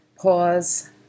pause